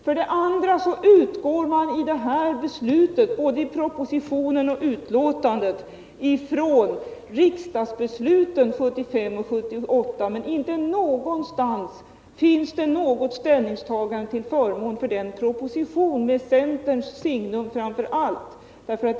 För det andra utgår man när det gäller det här beslutet, både i propositionen och utlåtandet, från riksdagsbesluten 1975 och 1978, men inte någonstans finns det något ställningstagande till förmån för den proposition som framför allt bär centerns signum.